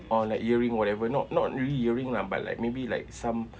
or like earring whatever not not really earring lah but like maybe like some